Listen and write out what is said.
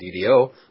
DDO